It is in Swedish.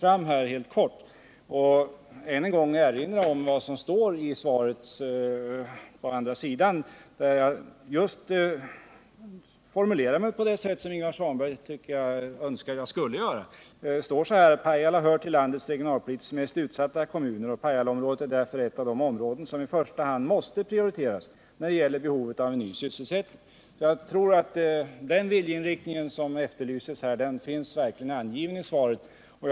Jag vill än en gång erinra om vad jag sade i den senare delen av mitt svar, där jag tycker att jag formulerade mig just på det sätt som Ingvar Svanberg önskade att jag skulle göra. Jag sade bl.a.: ”Pajala hör till landets regionalpolitiskt mest utsatta kommuner och Pajalaområdet är därför ett av de områden som i första hand måste prioriteras när det gäller behovet av ny sysselsättning.” Jag tror att den viljeinriktning som herr Svanberg efterlyste verkligen är angiven i mitt svar.